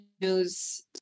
news